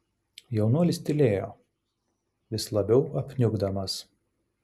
jaunuolis tylėjo vis labiau apniukdamas